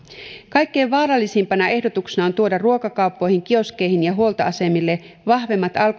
kaikkein vaarallisimpana ehdotuksena on tuoda ruokakauppoihin kioskeihin ja huoltoasemille vahvemmat